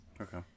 Okay